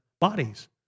bodies